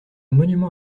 monument